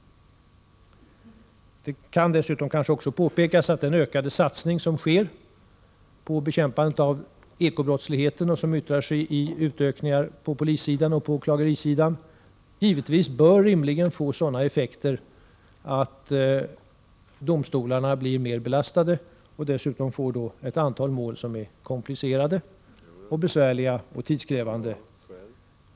Det kan dessutom kanske påpekas att den ökade satsning som sker på bekämpande av ekobrottslighet och som tar sig uttryck i utökningar på polisoch åklagarsidan rimligen bör få sådana effekter att domstolarna blir mer belastade och dessutom får ett antal mål som är komplicerade och tidskrävande.